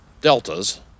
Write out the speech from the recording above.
deltas